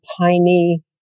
tiny